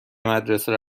مدرسه